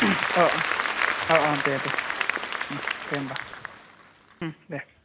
अ अ ओ ओ दे दे दे होनबा दे